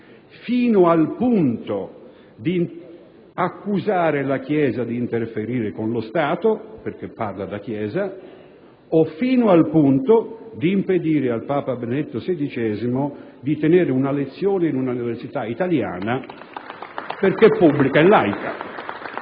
fino al punto di accusare la Chiesa di interferire con lo Stato, perché parla da Chiesa, o fino al punto di impedire al Papa Benedetto XVI di tenere una lezione in una università italiana perché pubblica e laica.